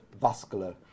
vascular